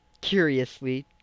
curiously